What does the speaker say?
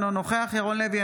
אינו נוכח ירון לוי,